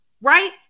right